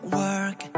work